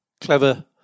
clever